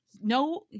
no